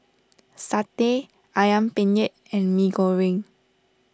Satay Ayam Penyet and Mee Goreng